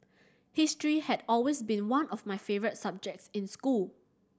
history had always been one of my favourite subjects in school